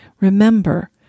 Remember